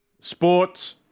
Sports